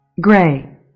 gray